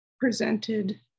presented